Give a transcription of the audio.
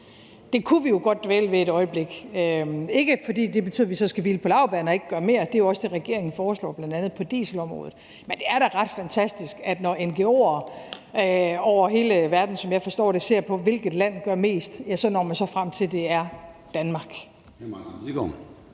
Det kunne vi jo godt dvæle ved et øjeblik; ikke fordi det betyder, at vi så skal hvile på laurbærrene og ikke gøre mere – det ser vi jo også med det, regeringen foreslår bl.a. på dieselområdet – men fordi det da er ret fantastisk, at når ngo'ere over hele verden, som jeg forstår det, ser på, hvilket land der gør mest, så når de frem til, at det er Danmark.